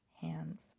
hands